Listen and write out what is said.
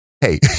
hey